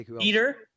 Peter